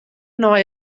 nei